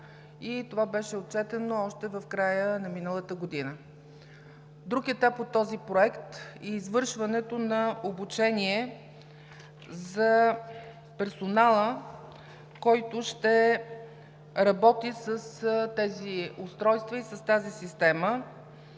това беше отчетено още в края на миналата година. Друг етап от този проект е извършването на обучение за персонала, който ще работи с тези устройства и с тази система